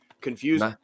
confused